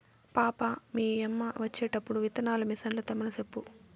పాపా, మీ యమ్మ వచ్చేటప్పుడు విత్తనాల మిసన్లు తెమ్మని సెప్పు